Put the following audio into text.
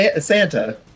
Santa